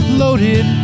loaded